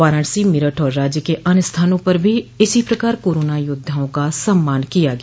वाराणसी मेरठ और राज्य के अन्य स्थानों पर भी इसी प्रकार कोरोना योद्वाओं का सम्मान किया गया